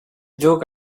joke